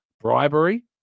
bribery